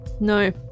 No